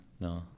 no